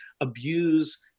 abuse